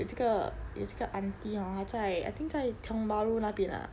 有这个有这个 aunty hor 她在 I think 在 tiong bahru 那边 ah